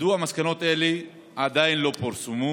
רצוני לשאול: